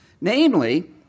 namely